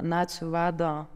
nacių vado